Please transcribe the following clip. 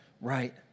right